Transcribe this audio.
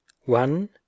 one